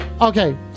Okay